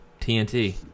TNT